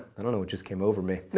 i don't know what just came over me.